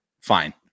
fine